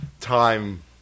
time